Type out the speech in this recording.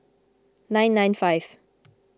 nine nine five